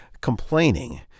complaining